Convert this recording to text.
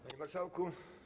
Panie Marszałku!